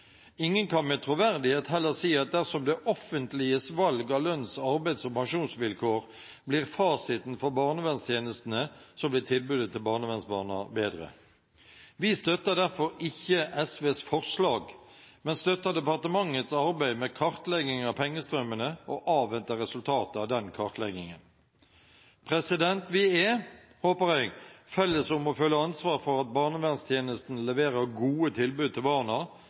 Ingen kan med troverdighet heller si at dersom det offentliges valg av lønns-, arbeids- og pensjonsvilkår blir fasiten for barnevernstjenestene, så blir tilbudet til barnevernsbarna bedre. Vi støtter derfor ikke SVs forslag, men støtter departementets arbeid med kartlegging av pengestrømmene og avventer resultatet av den kartleggingen. Vi er, håper jeg, felles om å føle ansvar for at barnevernstjenesten leverer gode tilbud til barna